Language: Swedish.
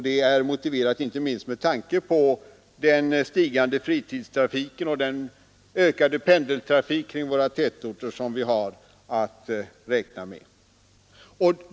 Det är motiverat inte minst med tanke på det stigande fritidstrafiken och den ökade pendeltrafik som vi har att räkna med i våra tätorter.